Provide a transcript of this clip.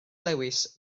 lewis